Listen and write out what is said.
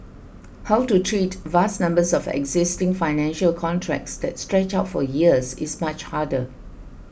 how to treat vast numbers of existing financial contracts that stretch out for years is much harder